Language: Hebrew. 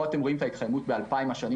פה אתם רואים את ההתחממות ב-2,000 השנים